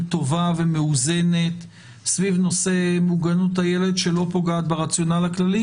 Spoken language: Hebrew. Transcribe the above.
טובה ומאוזנת סביב נושא מוגנות הילד שלא פוגעת ברציונל הכללי.